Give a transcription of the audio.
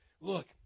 look